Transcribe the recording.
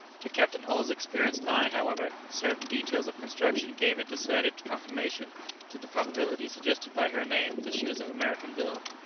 to captain hull's experienced eye, however, certain details of construction gave a decided confirmation to the probability suggested by her name that she was of american build.